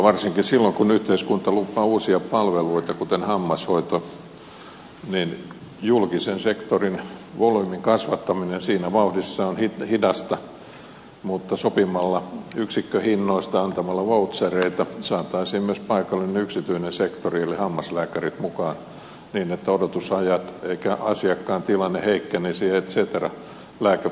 varsinkin silloin kun yhteiskunta lupaa uusia palveluita kuten hammashoito niin julkisen sektorin volyymin kasvattaminen siinä vauhdissa on hidasta mutta sopimalla yksikköhinnoista antamalla vouchereita saataisiin myös paikallinen yksityinen sektori eli hammaslääkärit mukaan niin etteivät odotusajat eikä asiakkaan tilanne heikkenisi et cetera